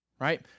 right